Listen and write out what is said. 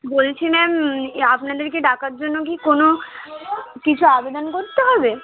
বলছি ম্যাম আপনাদেরকে ডাকার জন্য কি কোনো কিছু আবেদন করতে হবে